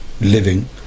living